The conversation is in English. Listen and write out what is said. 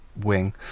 wing